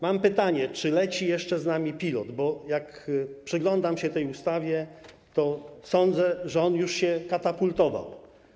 Mam pytanie, czy jeszcze leci z nami pilot, bo jak przyglądam się tej ustawie, to sądzę, że on już się katapultował.